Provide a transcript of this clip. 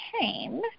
came